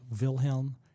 Wilhelm